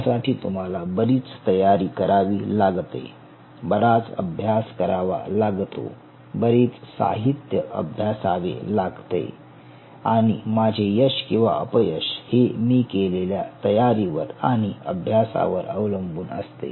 यासाठी तुम्हाला बरीच तयारी करावी लागते बराच अभ्यास करावा लागतो बरेच साहित्य अभ्यासावे लागते आणि माझे यश किंवा अपयश हे मी केलेल्या तयारीवर आणि अभ्यासावर अवलंबून असते